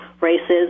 races